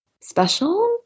special